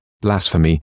blasphemy